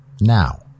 Now